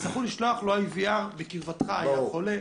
לא ישלחו IVR שיודיע לו שבקרבתו היה חולה.